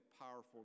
powerful